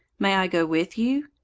may i go with you?